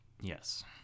Yes